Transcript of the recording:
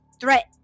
threat